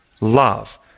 love